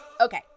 Okay